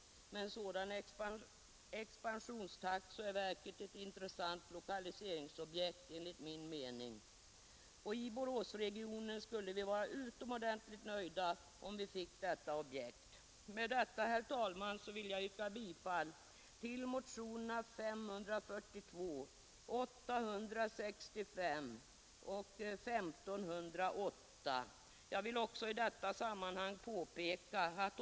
Med en sådan expansionstakt är verket enligt min mening ett intressant lokaliseringsobjekt. I Boråsregionen skulle vi vara utomordentligt nöjda om vi fick detta objekt. Med detta, herr talman, vill jag yrka bifall till motionerna 542, 865 och 1508.